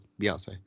Beyonce